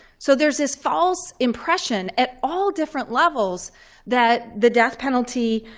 so there's this false impression at all different levels that the death penalty,